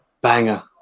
banger